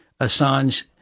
Assange